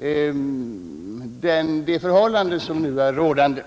över de förhållanden som nu är rådande?